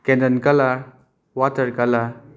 candle colour water colour